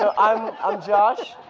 um i'm ah josh.